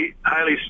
highly